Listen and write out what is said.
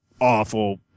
awful